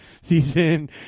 season